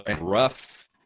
rough